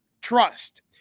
Trust